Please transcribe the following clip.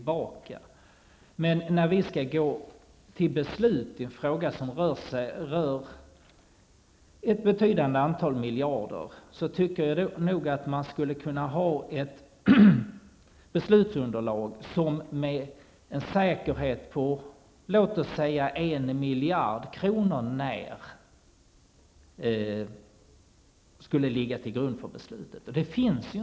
Om vi i riksdagen skall fatta beslut i en fråga som rör ett betydande antal miljarder kronor, så anser jag att det skall finnas ett beslutsunderlag som med en säkerhet på låt oss säga 1 miljarder kronor när ligger till grund för beslutet. Någon sådan säkerhet finns inte.